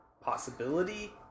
possibility